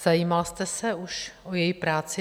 Zajímal jste se už o její práci?